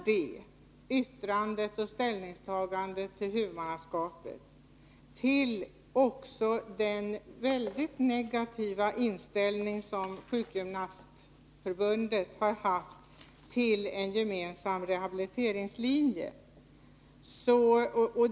Sjukgymnastförbundet har också haft en mycket negativ inställning till en gemensam rehabiliteringslinje.